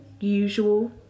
usual